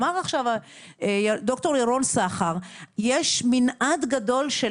אמר עכשיו ד"ר ירון סחר שיש מנעד גדול של,